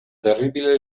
terribile